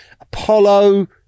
Apollo